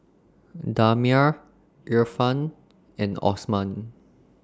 Damia Irfan and Osman